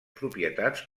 propietats